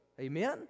Amen